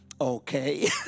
okay